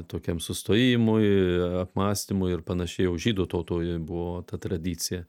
tokiam sustojimui apmąstymui ir panašiai jau žydų tautoje buvo ta tradicija